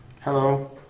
Hello